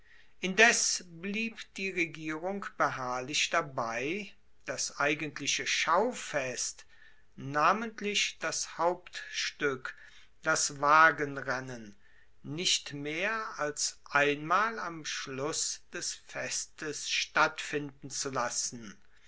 indes blieb die regierung beharrlich dabei das eigentliche schaufest namentlich das hauptstueck das wagenrennen nicht mehr als einmal am schluss des festes stattfinden zu lassen